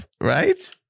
right